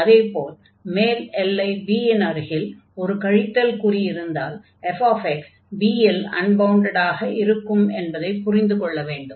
அதே போல் மேல் எல்லை b இன் அருகில் ஒரு கழித்தல் குறி இருந்தால் fx b இல் அன்பவுண்டடாக இருக்கும் என்பதைப் புரிந்து கொள்ள வேண்டும்